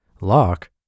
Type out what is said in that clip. Lock